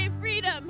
freedom